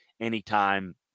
anytime